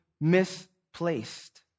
misplaced